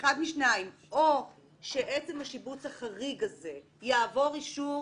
אחד משניים: או שעצם השיבוץ החריג הזה יעבור אישור